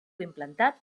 implantat